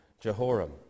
Jehoram